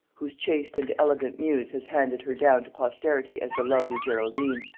whose chaste and elegant muse has handed her down to posterity as the lovely geraldine,